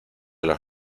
los